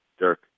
Dirk